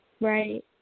Right